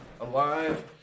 Alive